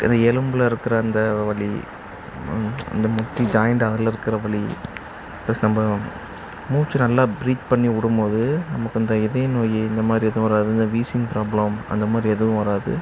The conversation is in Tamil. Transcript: எலும்பில் இருக்கிற அந்த வலி இந்த முட்டி ஜாயிண்ட் அதில் இருக்கிற வலி ப்ளஸ் நம்ப மூச்சு நல்லா ப்ரீத் பண்ணி விடும் போது நமக்கு அந்த இதய நோய் இந்த மாதிரி எதுவும் வராது இந்த வீசிங் ப்ராப்ளம் அந்த மாதிரி எதும் வராது